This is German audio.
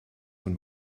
von